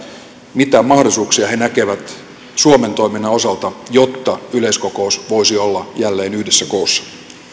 mitä mahdollisuuksia he näkevät suomen toiminnan osalta jotta yleiskokous voisi olla jälleen yhdessä koossa